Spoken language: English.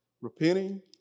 repenting